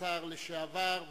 השר לשעבר.